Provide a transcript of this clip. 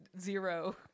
zero